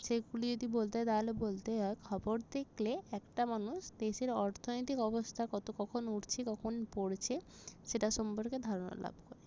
সেগুলি যদি বলতে হয় তাহলে বলতে হয় খবর দেখলে একটা মানুষ দেশের অর্থনৈতিক অবস্থা কত কখন উঠছে কখন পড়ছে সেটা সম্পর্কে ধারণা লাভ করে